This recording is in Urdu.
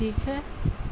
ٹھیک ہے